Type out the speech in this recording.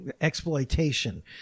Exploitation